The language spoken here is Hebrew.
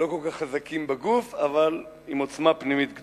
לא כל כך חזקים בגוף, אבל עם עוצמה פנימית גדולה.